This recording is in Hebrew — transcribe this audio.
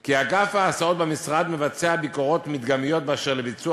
כי אגף ההסעות במשרד מבצע ביקורות מדגמיות באשר לביצוע